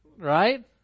Right